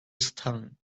stung